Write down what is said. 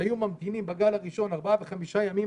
שבגל הראשון היו ממתינים ארבעה-חמישה ימים